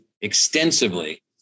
extensively